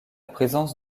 présence